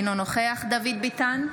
אינו נוכח דוד ביטן,